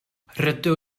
rydw